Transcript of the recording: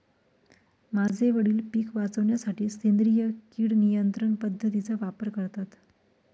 माझे वडील पिक वाचवण्यासाठी सेंद्रिय किड नियंत्रण पद्धतीचा वापर करतात